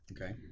Okay